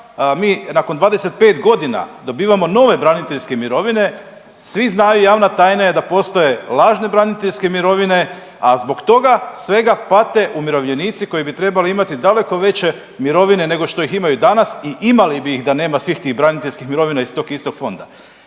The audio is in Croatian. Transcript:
Mi nakon 25.g. dobivamo nove braniteljske mirovine, svi znaju i javna tajna je da postoje lažne braniteljske mirovine, a zbog toga svega pate umirovljenici koji bi trebali imati daleko veće mirovine nego što ih imaju danas i imali bi ih da nema svih tih braniteljskih mirovina iz tog istog fonda.